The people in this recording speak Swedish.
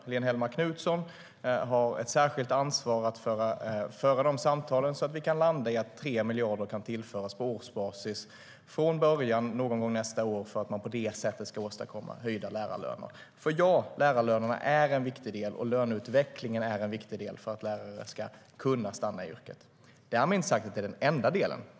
Helene Hellmark Knutsson har ett särskilt ansvar att föra de samtalen så att vi kan landa i att 3 miljarder kan tillföras på årsbasis med början någon gång nästa år för att man på det sättet ska åstadkomma höjda lärarlöner. Ja, lärarlönerna och löneutvecklingen är en viktig del för att lärare ska kunna stanna i yrket. Därmed inte sagt att det är den enda delen.